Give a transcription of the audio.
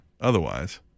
Otherwise